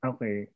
Okay